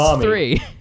three